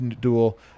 duel